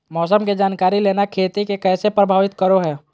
मौसम के जानकारी लेना खेती के कैसे प्रभावित करो है?